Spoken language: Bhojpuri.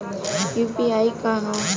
यू.पी.आई का ह?